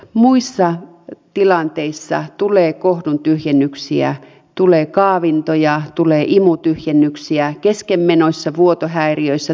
muissa tilanteissa tulee kohdun tyhjennyksiä tulee kaavintoja tulee imutyhjennyksiä keskenmenoissa vuotohäiriöissä tuulimunaraskauksissa